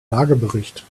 lagebericht